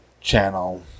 Channel